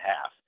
half